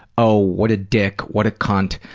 oh, what a dick. what a cunt.